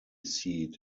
seat